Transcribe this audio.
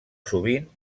sovint